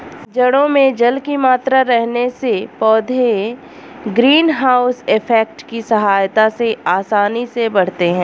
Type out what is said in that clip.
जड़ों में जल की मात्रा रहने से पौधे ग्रीन हाउस इफेक्ट की सहायता से आसानी से बढ़ते हैं